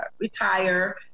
retire